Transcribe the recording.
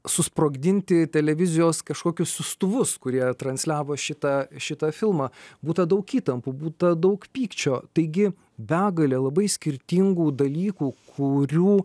susprogdinti televizijos kažkokius siųstuvus kurie transliavo šitą šitą filmą būta daug įtampų būta daug pykčio taigi begalė labai skirtingų dalykų kurių